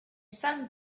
son